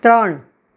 ત્રણ